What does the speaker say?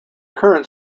current